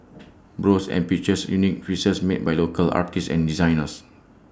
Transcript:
browse and purchase unique pieces made by local artists and designers